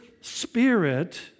spirit